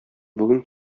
бүген